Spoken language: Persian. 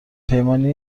پیمانی